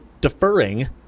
deferring